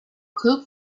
cook